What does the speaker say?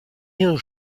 hill